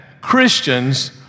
Christians